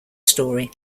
story